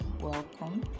welcome